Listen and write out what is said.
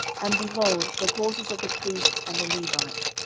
and, behold, the courses of the priests and the levites,